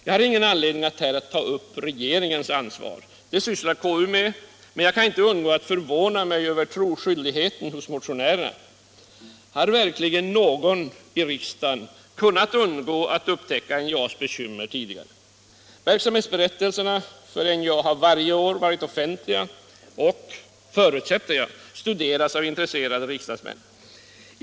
Jag har ingen anledning att här ta upp regeringens ansvar — det sysslar KU med — men jag kan inte undgå att förvåna mig över troskyldigheten hos motionärerna. Har verkligen någon i riksdagen kunnat undgå att upptäcka NJA:s bekymmer tidigare? Verksamhetsberättelserna för NJA har varje år varit offentliga och, förutsätter jag, studerats av intresserade riksdagsmän.